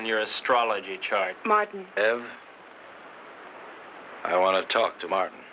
in your astrology chart martin i want to talk to martin